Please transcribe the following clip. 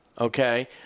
okay